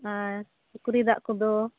ᱟᱨ ᱯᱩᱠᱷᱤᱨᱤ ᱫᱟᱜ ᱠᱚᱫᱚ